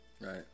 Right